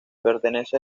pertenece